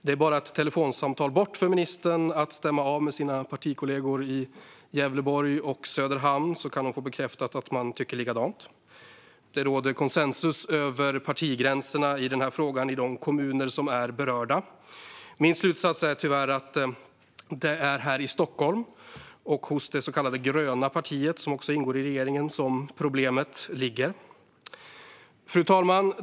En avstämning med ministerns partikollegor i Gävleborg och Söderhamn är bara ett telefonsamtal bort - då kan hon få bekräftat att de tycker likadant. Det råder konsensus över partigränserna i frågan i de kommuner som är berörda. Min slutsats är tyvärr att problemet finns här i Stockholm och hos det så kallade gröna partiet, som också ingår i regeringen. Fru talman!